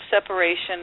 separation